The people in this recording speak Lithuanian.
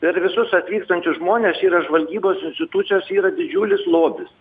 per visus atvykstančius žmones yra žvalgybos institucijos yra didžiulis lobis